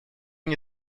мне